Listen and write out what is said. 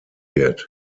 wird